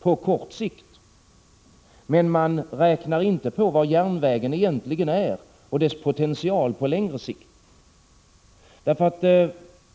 på kort sikt. Men man räknar inte på vad järnvägen egentligen är eller på dess potential på längre sikt.